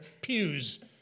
pews